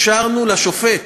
אפשרנו לשופט,